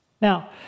Now